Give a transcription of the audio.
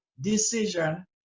decision